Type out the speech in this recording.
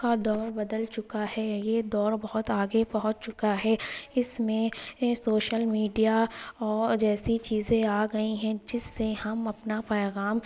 کا دور بدل چکا ہے یہ دور بہت آگے پہنچ چکا ہے اس میں سوشل میڈیا اور جیسی چیزیں آ گئیں ہیں جس سے ہم اپنا پیغام